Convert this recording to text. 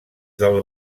del